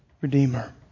Redeemer